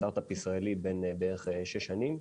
סטארטאפ ישראלי בן בערך 6 שנים,